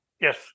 Yes